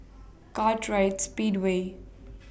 Kartright Speedway